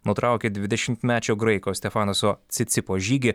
nutraukė dvidešimtmečio graiko stefanoso cicipo žygį